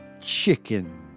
chicken